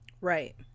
Right